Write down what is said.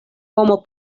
homo